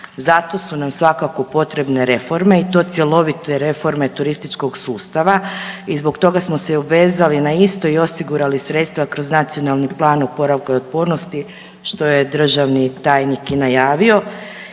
Zato su nam svakako potrebne reforme i to cjelovite reforme turističkog sustava i zbog toga smo se i obvezali na isto i osigurali sredstva kroz Nacionalni plan oporavka i otpornosti što je državni tajnik i najavio